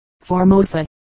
Formosa